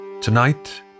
Tonight